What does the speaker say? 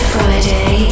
Friday